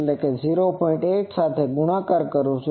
8 સાથે ગુણાકાર કરું છું